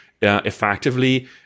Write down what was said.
effectively